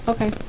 Okay